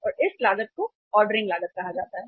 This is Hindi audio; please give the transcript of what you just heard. और इस लागत को ऑर्डरिंग लागत कहा जाता है